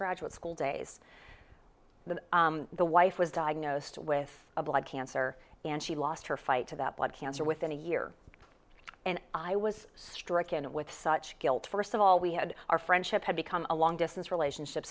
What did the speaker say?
graduate school days the the wife was diagnosed with a blood cancer and she lost her fight to that blood cancer within a year and i was stricken with such guilt first of all we had our friendship had become a long distance relationship